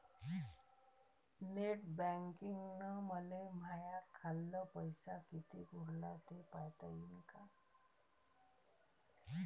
Net बँकिंगनं मले माह्या खाल्ल पैसा कितीक उरला थे पायता यीन काय?